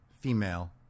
female